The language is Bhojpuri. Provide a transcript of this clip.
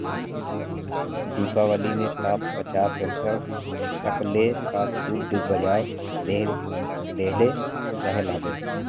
दीपावली में तअ पचास प्रतिशत तकले कअ छुट बिग बाजार देहले रहल हवे